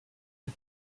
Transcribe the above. une